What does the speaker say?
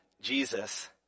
Jesus